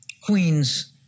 Queens